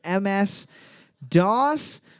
MS-DOS